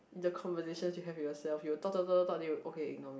the conversation you have yourself you talk talk talk talk talk they will okay ignore me